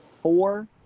four